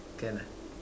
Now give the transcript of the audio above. can ah